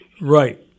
Right